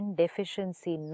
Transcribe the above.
deficiency